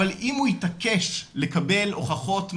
אבל אם הוא יתעקש לקבל הוכחות מדעיות,